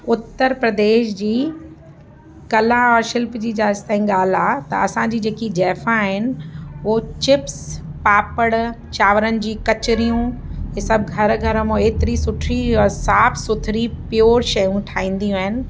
उत्तर प्रदेश जी कला ऐं शिल्प जी जेसिताईं ॻाल्हि आहे त असांजी जेकी जाइफ़ा आहिनि हो चिप्स पापड़ चांवरनि जी कचरियूं हे सभु घर घर मां हेतिरी सुठी साफ़ु सुथिरी प्योर ठहींदियूं आहिनि